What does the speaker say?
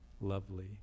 lovely